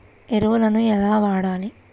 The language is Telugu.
ఎరువులను ఎలా వాడాలి?